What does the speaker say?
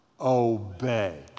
obey